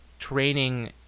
training